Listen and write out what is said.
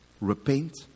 repent